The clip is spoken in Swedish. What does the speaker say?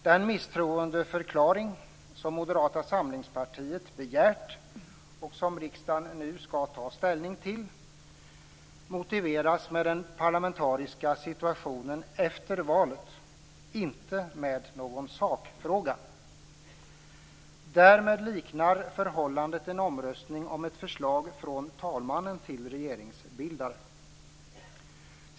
Den misstroendeförklaring som Moderata samlingspartiet begärt och som riksdagen nu skall ta ställning till motiveras med den parlamentariska situationen efter valet, inte med någon sakfråga. Därmed liknar förhållandet en omröstning om ett förslag från talmannen till regeringsbildare.